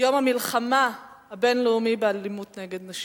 יום המלחמה הבין-לאומי באלימות נגד נשים.